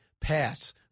pass